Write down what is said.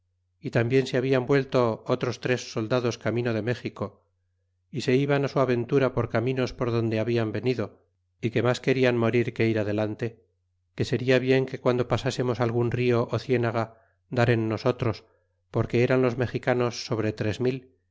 y ambien se habian vuelto otros tres soldados camino de méxico y se iban á su aventura por caminos por donde habian venido y que mas querian morir que ir adelante que seria bien que guando pasasemos algun rio ó cienaga dar en nosotros porque eran los mexicanos sobre tres mil